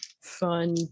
fun